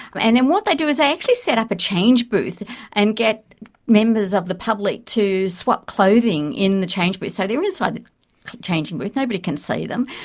and then what they do is they actually set up a change booth and get members of the public to swap clothing in the change booth. so they are inside the changing booth, nobody can see them,